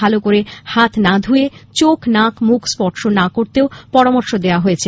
ভালো করে হাত না ধুয়ে চোখ নাক মুখ স্পর্শ না করার পরামর্শ দেওয়া হয়েছে